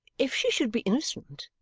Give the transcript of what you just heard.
if she should be innocent,